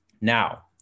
Now